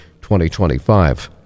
2025